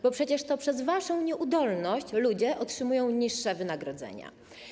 Bo przecież to przez waszą nieudolność ludzie otrzymują niższe wynagrodzenia.